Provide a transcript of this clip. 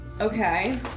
Okay